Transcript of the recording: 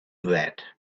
that